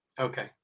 Okay